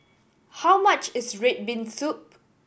how much is red bean soup